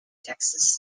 texas